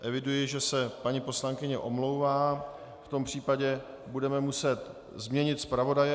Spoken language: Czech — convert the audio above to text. Eviduji, že se paní poslankyně omlouvá, v tom případě budeme muset změnit zpravodaje.